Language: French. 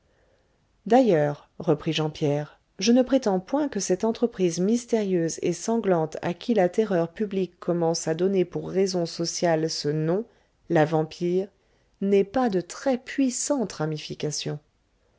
d'ailleurs reprit jean pierre je ne prétends point que cette entreprise mystérieuse et sanglante à qui la terreur publique commence à donner pour raison sociale ce nom la vampire n'ait pas de très puissantes ramifications